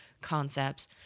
concepts